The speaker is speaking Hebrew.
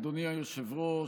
אדוני היושב-ראש.